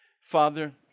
Father